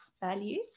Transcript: values